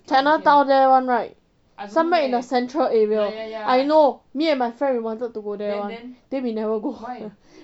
chinatown there [one] right somewhere in the central area ya I know me and my friend we wanted to go there [one] then then we never go